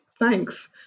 Thanks